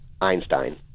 Einstein